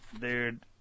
Dude